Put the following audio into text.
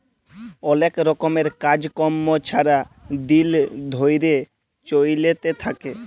অলেক রকমের কাজ কম্ম ছারা দিল ধ্যইরে চইলতে থ্যাকে